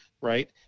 right